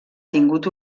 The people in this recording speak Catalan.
tingut